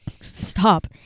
Stop